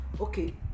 okay